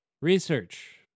Research